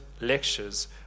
lectures